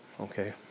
Okay